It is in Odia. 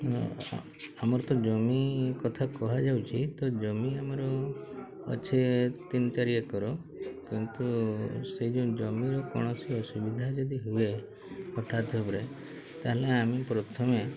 ଆମର ତ ଜମି କଥା କୁହାଯାଉଛି ତ ଜମି ଆମର ଅଛେ ତିନି ଚାରି ଏକର କିନ୍ତୁ ସେ ଯେଉଁ ଜମିର କୌଣସି ଅସୁବିଧା ଯଦି ହୁଏ ହଠାତ୍ପ୍ରେ ତାହେଲେ ଆମେ ପ୍ରଥମେ